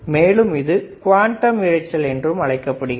மேலும் இது குவாண்டம் இரைச்சல் என்றும் அழைக்கப்படுகிறது